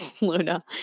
Luna